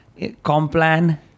complan